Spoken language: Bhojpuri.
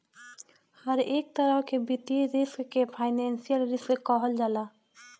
हरेक तरह के वित्तीय रिस्क के फाइनेंशियल रिस्क कहल जाला